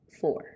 Four